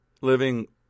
living